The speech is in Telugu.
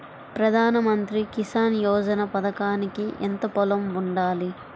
ప్రధాన మంత్రి కిసాన్ యోజన పథకానికి ఎంత పొలం ఉండాలి?